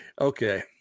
Okay